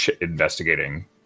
investigating